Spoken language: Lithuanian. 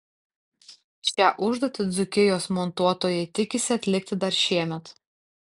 šią užduotį dzūkijos montuotojai tikisi atlikti dar šiemet